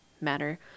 matter